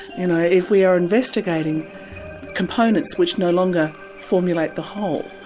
and if we are investigating components which no longer formulate the whole,